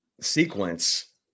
sequence